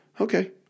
okay